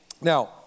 now